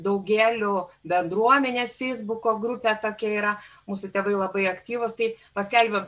daugėlių bendruomenės feisbuko grupė tokia yra mūsų tėvai labai aktyvūs tai paskelbėm